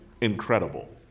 incredible